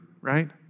right